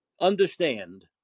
understand